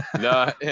No